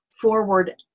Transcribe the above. forward